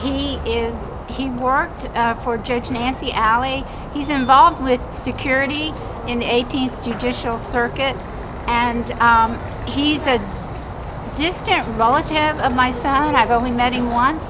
he is he worked for judge nancy alley he's involved with security in the eighteenth judicial circuit and he says distant relative of my son i've only met him once